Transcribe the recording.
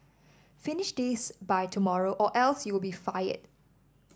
finish this by tomorrow or else you'll be fired